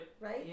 right